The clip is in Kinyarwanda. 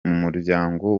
muryango